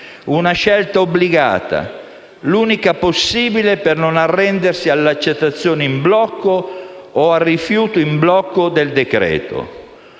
una scelta obbligata o l'unica possibile per non arrendersi all'accettazione in blocco o al rifiuto in blocco del decreto-legge.